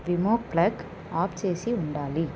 విమో plug off చేసి ఉండాలి